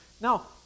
Now